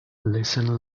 listen